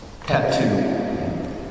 Tattoo